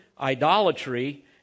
idolatry